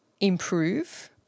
improve